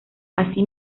así